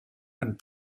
and